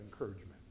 encouragement